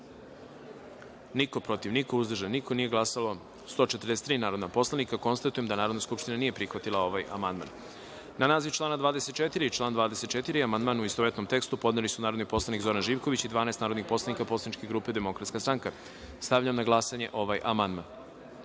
niko, protiv – niko, uzdržanih – nema, nije glasalo 141 narodnih poslanika. Konstatujem da Narodna skupština nije prihvatila ovaj amandman. Na naziv člana 17. i član 17. amandman, u istovetnom tekstu, podneli su narodni poslanik Zoran Živković i 12 narodnih poslanika poslaničke grupe DS.Stavljam na glasanje ovaj